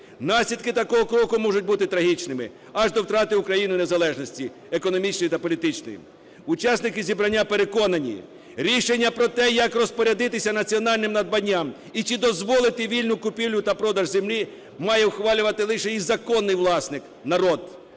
наслідки такого кроку можуть бути трагічними, аж до втрати Україною незалежності, економічної та політичної. Учасники зібрання переконані, рішення про те, як розпорядитися національним надбанням і чи дозволити вільну купівлю та продаж землі має ухвалювати лише її законний власник – народ.